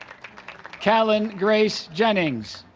calin grace jennings